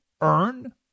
earn